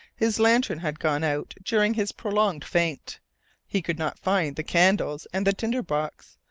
his lantern had gone out during his prolonged faint he could not find the candles and the tinder-box,